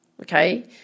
okay